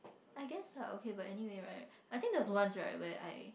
I guess lah okay but anyway right I think there was once where I